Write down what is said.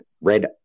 Red